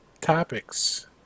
topics